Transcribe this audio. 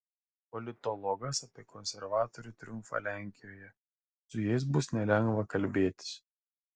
politologas apie konservatorių triumfą lenkijoje su jais bus nelengva kalbėtis